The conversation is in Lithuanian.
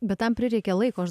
bet tam prireikė laiko aš